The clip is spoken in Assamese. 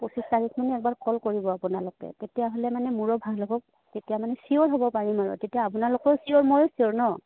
পঁচিছ তাৰিখমানে একবাৰ কল কৰিব আপোনালোকে তেতিয়াহ'লে মানে মোৰো ভাল হ'ব তেতিয়া মানে চিয়ৰ হ'ব পাৰিম আৰু তেতিয়া আপোনালোকো চিয়ৰ মইও চিয়ৰ ন